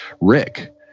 rick